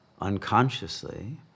unconsciously